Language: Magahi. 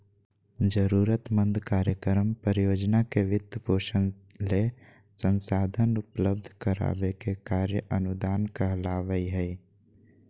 जरूरतमंद कार्यक्रम, परियोजना के वित्तपोषण ले संसाधन उपलब्ध कराबे के कार्य अनुदान कहलावय हय